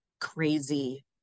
crazy